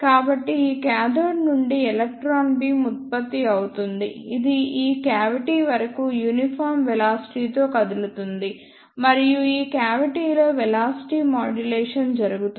కాబట్టి ఈ కాథోడ్ నుండి ఎలక్ట్రాన్ బీమ్ ఉత్పత్తి అవుతుంది ఇది ఈ క్యావిటీ వరకు యూనిఫార్మ్ వెలాసిటీ తో కదులుతుంది మరియు ఈ క్యావిటీ లో వెలాసిటీ మాడ్యులేషన్ జరుగుతుంది